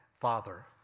Father